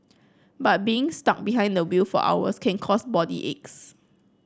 but being stuck behind the wheel for hours can cause body aches